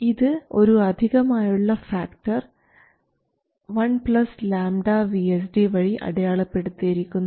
ഇത് ഒരു അധികമായുള്ള ഫാക്ടർ 1 λ VSD വഴി അടയാളപ്പെടുത്തിയിരിക്കുന്നു